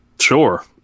Sure